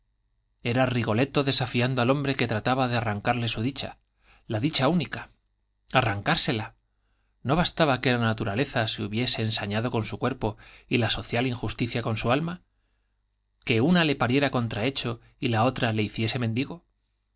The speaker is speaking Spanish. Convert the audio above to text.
era rigoletto desafiando al hombre que trataba de arran carle su dicha j la dicha única j arrancársela no bastaba que la naturaleza hubiese ensañado cuerpo y la social injus se con su ticia con su alma que una le pariera contrahecho y la otra le hiciese mendigo